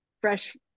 fresh